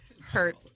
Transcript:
hurt